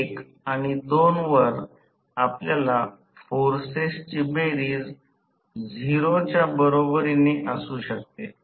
तर आपण एक गोष्ट जी केली आहे स्लिप n S n ला s विभाजित केली आहे